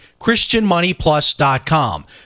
christianmoneyplus.com